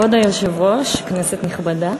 כבוד היושב-ראש, כנסת נכבדה,